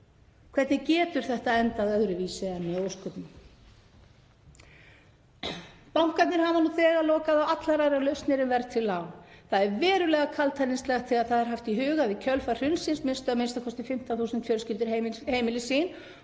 Hvernig getur þetta endað öðruvísi en með ósköpum? Bankarnir hafa nú þegar lokað á allar aðrar lausnir en verðtryggð lán. Það er verulega kaldhæðnislegt, þegar það er haft í huga að í kjölfar hrunsins misstu a.m.k. 15.000 fjölskyldur heimili sín